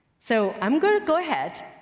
so i'm gonna go ahead,